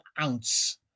ounce